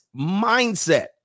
mindset